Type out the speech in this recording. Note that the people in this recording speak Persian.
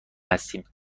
هستیم